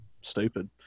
stupid